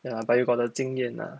ya lah but you got the 经验 ah